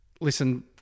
listen